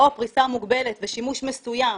או פריסה מוגבלת ושימוש מסוים,